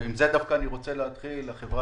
עם זה דווקא אני רוצה להתחיל: החברה